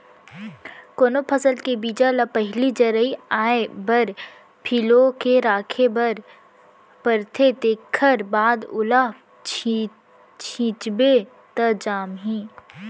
कोनो फसल के बीजा ल पहिली जरई आए बर फिलो के राखे बर परथे तेखर बाद ओला छिंचबे त जामही